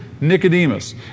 Nicodemus